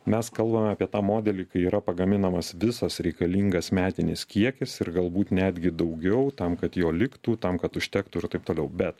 mes kalbame apie tą modelį kai yra pagaminamas visas reikalingas metinis kiekis ir galbūt netgi daugiau tam kad jo liktų tam kad užtektų ir taip toliau bet